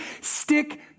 Stick